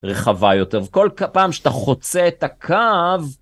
רחבה יותר, וכל ק-פעם שאתה חוצה את הקו...